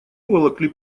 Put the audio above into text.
уволокли